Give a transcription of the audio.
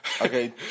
Okay